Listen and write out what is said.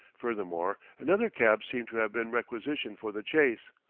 furthermore, another cab seemed to have been requisitioned for the chase.